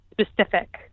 Specific